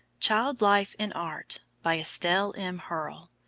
child-life in art by estelle m. hurll,